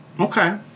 Okay